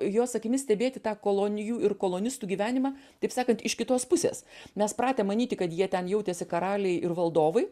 jos akimis stebėti tą kolonijų ir kolonistų gyvenimą taip sakant iš kitos pusės mes pratę manyti kad jie ten jautėsi karaliai ir valdovai